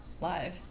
live